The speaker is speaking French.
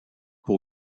pour